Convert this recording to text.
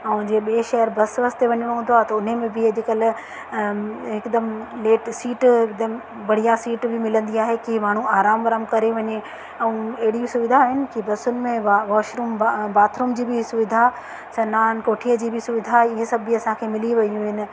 ऐं जीअं ॿिए शहर बस वस ते वञिणो हूंदो आहे त उन में बि अॼुकल्ह हिकदमि लेट सीट हिकदमि बढ़िया सीट बि मिलंदी आहे कि माण्हू आराम वाराम करे वञे ऐं अहिड़ी सुविधाऊं आहिनि कि बसयुनि में वा वॉशरूम बा बाथरूम जी बि सुविधा सनानकोठीअ जी बि सुविधा ईअं सभु बि असांखे मिली वियूं आहिनि